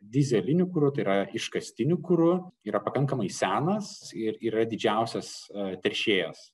dyzeliniu kuru tai yra iškastiniu kuru yra pakankamai senas ir yra didžiausias teršėjas